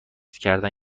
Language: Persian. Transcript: کردن